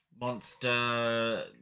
monster